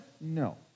No